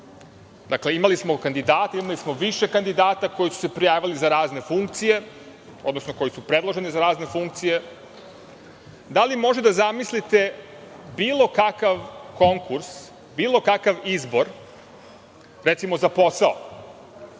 Dakle, imali smo kandidate, imali smo više kandidata koji su se prijavili za razne funkcije, odnosno koji su predloženi za razne funkcije. Da li možete da zamislite bilo kakav konkurs, bilo kakav izbor, recimo za posao